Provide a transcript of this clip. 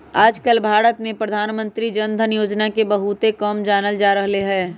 आजकल भारत में प्रधानमंत्री जन धन योजना के बहुत ही कम जानल जा रहले है